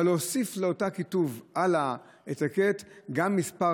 אבל להוסיף לאותו כיתוב על האטיקט גם מספר